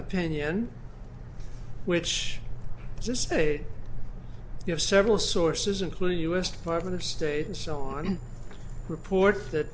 opinion which just say you have several sources including u s department of state and so on reports that